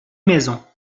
maisons